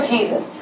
Jesus